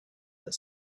that